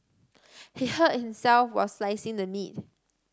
he hurt himself while slicing the neat